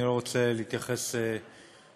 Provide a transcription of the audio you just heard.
אני לא רוצה להתייחס לחוק,